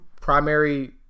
primary